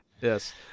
yes